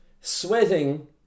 Sweating